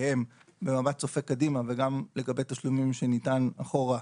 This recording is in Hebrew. שהם במבט צופה קדימה וגם לגבי תשלומים שניתן אחורה,